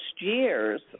years